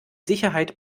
sicherheit